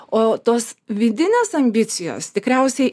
o tos vidinės ambicijos tikriausiai